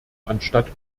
anstatt